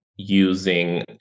using